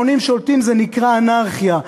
המונים שולטים, זה נקרא אנרכיה.